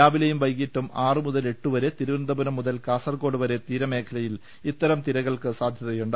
രാവിലെയും വൈകീട്ടും ആറു മുതൽ എട്ടു വരെ തിരുവനന്തപുരം മുതൽ കാസർകോട് വരെ തീരമേഖലയിൽ ഇത്തരം തിരകൾക്ക് സാധ്യതയുണ്ട്